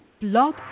Blog